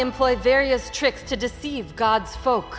employ various tricks to deceive god's folk